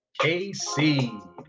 kc